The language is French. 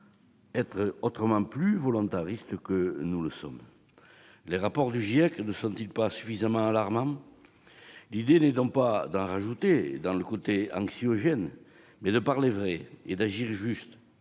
être autrement plus volontaristes que nous ne le sommes. Les rapports du GIEC ne sont-ils pas suffisamment alarmants ? L'idée est non pas de multiplier les discours anxiogènes, mais de parler vrai et d'agir juste,